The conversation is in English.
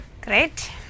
Great